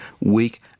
weak